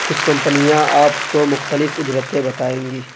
کچھ کمپنیاں آپ کو مختلف اجرتیں بتائیں گی